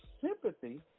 sympathy